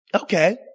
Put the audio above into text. Okay